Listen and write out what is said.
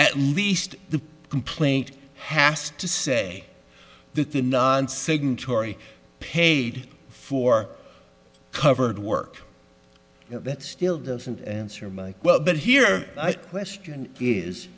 at least the complaint has to say that the non signatory paid for covered work that still doesn't answer my quote but here i question is